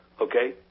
Okay